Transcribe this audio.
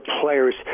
players